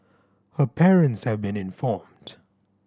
her parents have been informed